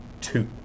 two